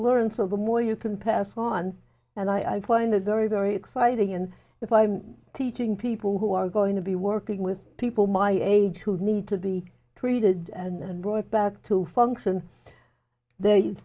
learn so the more you can pass on and i find it very very exciting and if i'm teaching people who are going to be working with people my age who need to be treated and brought back to function the